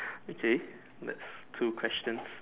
okay that's two questions